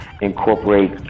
incorporate